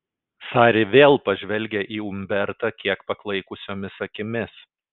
sari vėl pažvelgia į umbertą kiek paklaikusiomis akimis